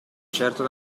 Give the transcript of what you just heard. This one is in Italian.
certo